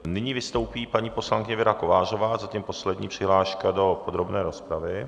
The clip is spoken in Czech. Nyní vystoupí paní poslankyně Věra Kovářová, zatím poslední přihláška do podrobné rozpravy.